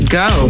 go